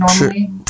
normally